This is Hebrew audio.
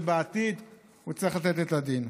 ובעתיד הוא צריך לתת את הדין.